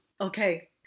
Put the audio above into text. Okay